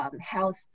health